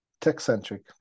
tech-centric